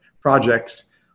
projects